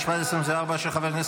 התשפ"ד 2024,